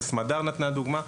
וסמדר נתנה דוגמה.